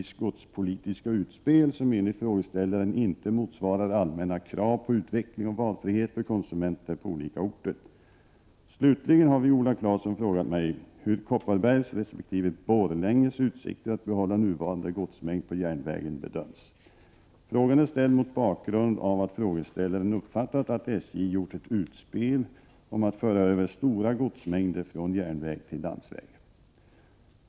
Slutligen har Viola Claesson frågat mig hur Kopparbergs resp. Borlänges utsikter att behålla nuvarande godsmängd på järnvägen bedöms. Frågan är ställd mot bakgrund av att frågeställaren uppfattat att SJ gjort ett utspel om att föra över stora godsmängder från järnväg till landsväg.